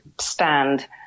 stand